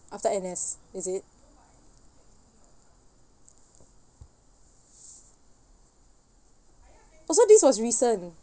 after N_S is it oh so this was recent